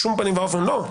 בשום פנים ואופן לא.